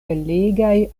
belegaj